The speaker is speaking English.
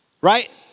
right